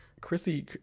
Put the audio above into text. chrissy